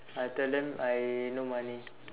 I tell them I no money